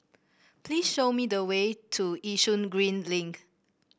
please show me the way to Yishun Green Link